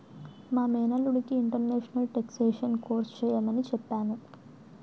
మా మేనల్లుడికి international taxation course చెయ్యమని చెప్పాను